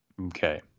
Okay